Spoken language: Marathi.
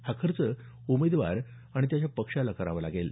हा खर्च उमेदवार आणि त्याच्या पक्षाला करावा लागेल